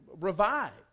revived